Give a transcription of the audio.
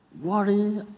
Worry